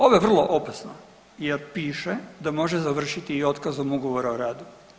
Ovo je vrlo opasno jer piše da može završiti i otkazom ugovora o radu.